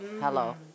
Hello